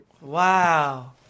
Wow